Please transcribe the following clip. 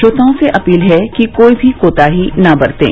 श्रोतओं से अपील है कि कोई भी कोताही न बरतें